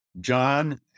John